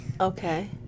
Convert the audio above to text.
Okay